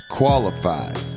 qualified